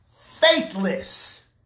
faithless